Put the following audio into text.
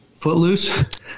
Footloose